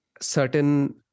certain